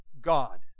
God